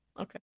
Okay